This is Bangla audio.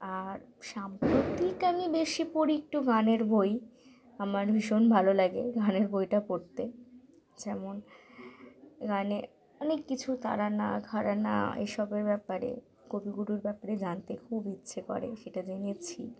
আর সাম্প্রতিক আমি বেশি পড়ি একটু গানের বই আমার ভীষণ ভালো লাগে গানের বইটা পড়তে যেমন গানে অনেক কিছু তারানা ঘরানা এ সবের ব্যাপারে কবিগুরুর ব্যাপারে জানতে খুব ইচ্ছে করে সেটা জেনেছি